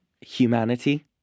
humanity